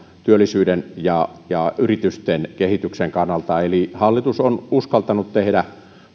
työllisyyden ja ja yritysten kehityksen kannalta eli hallitus on uskaltanut tehdä